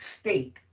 state